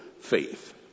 faith